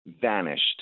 vanished